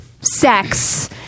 sex